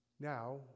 Now